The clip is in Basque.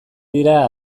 dira